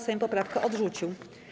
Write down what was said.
Sejm poprawkę odrzucił.